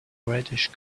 reddish